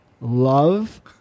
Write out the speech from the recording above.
love